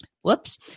Whoops